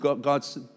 God's